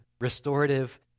restorative